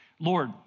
Lord